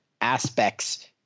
aspects